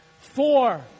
Four